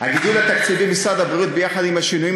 הגידול התקציבי במשרד הבריאות ביחד עם השינויים